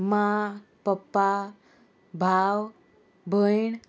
मा पप्पा भाव भयण